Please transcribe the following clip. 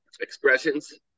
expressions